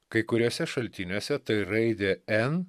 kai kuriuose šaltiniuose tai raidė n